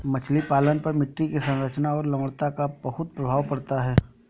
मछली पालन पर मिट्टी की संरचना और लवणता का बहुत प्रभाव पड़ता है